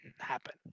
happen